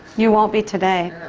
you won't be today.